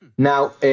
Now